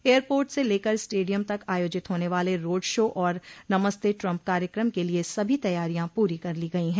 airport से लेकर stadium तक आयोजित होने वाले रोडशो और नमस्ते ट्रंप कार्यक्रम के लिए सभी तैयारियां पूरी कर ली गई हैं